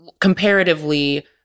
comparatively